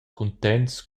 cuntents